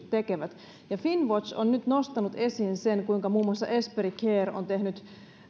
tekevät finnwatch on nyt nostanut esiin sen kuinka muun muassa esperi care on tehnyt